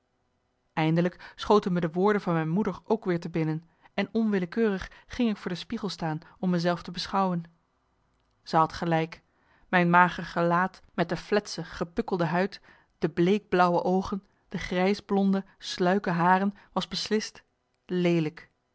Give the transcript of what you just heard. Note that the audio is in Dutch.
eindelijk schoten me de woorden van mijn moeder marcellus emants een nagelaten bekentenis ook weer te binnen en onwillekeurig ging ik voor de spiegel staan om me zelf te beschouwen zij had gelijk mijn mager gelaat met de fletse gepukkelde huid de bleek blauwe oogen de grijs blonde sluike haren was beslist leelijk